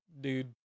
dude